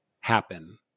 happen